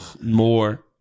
more